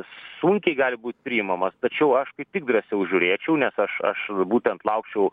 sunkiai gali būt priimamas tačiau aš kaip tik drąsiau žiūrėčiau nes aš aš būtent laukčiau